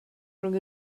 rhwng